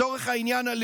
הלאומית, לצורך העניין,